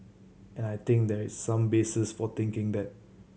and I think there is some basis for thinking that